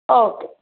okay